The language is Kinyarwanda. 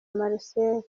marcel